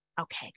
Okay